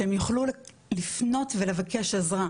שהם יוכלו לפנות ולבקש עזרה.